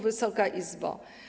Wysoka Izbo!